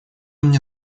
мне